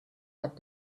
had